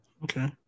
Okay